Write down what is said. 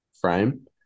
frame